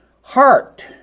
heart